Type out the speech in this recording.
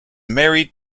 married